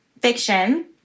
fiction